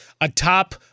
atop